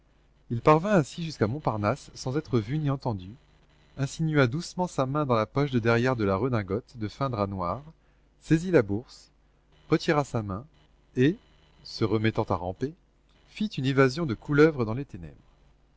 il parvint ainsi jusqu'à montparnasse sans en être vu ni entendu insinua doucement sa main dans la poche de derrière de la redingote de fin drap noir saisit la bourse retira sa main et se remettant à ramper fit une évasion de couleuvre dans les ténèbres